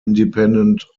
independent